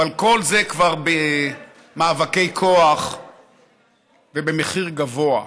אבל כל זה כבר במאבקי כוח ובמחיר גבוה.